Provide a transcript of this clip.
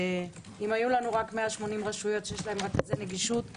אם היו לנו רק 120 רשויות שיש להן רכזי נגישות,